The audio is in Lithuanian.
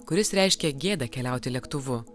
kuris reiškia gėdą keliauti lėktuvu